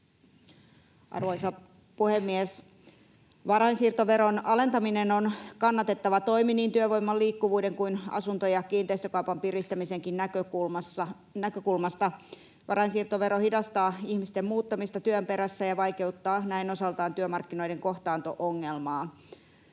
Arvoisa puhemies! Varainsiirtoveron alentaminen on kannatettava toimi niin työvoiman liikkuvuuden kuin asunto- ja kiinteistökaupan piristämisenkin näkökulmasta. Varainsiirtovero hidastaa ihmisten muuttamista työn perässä ja vaikeuttaa näin osaltaan työmarkkinoiden kohtaanto-ongelmaa.